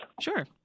Sure